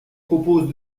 propose